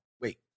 Wait